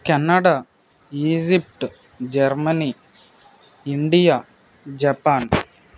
Canada Egypt Germany India Japan